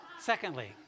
Secondly